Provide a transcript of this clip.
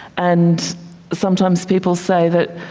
and sometimes people say that,